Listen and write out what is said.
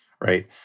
right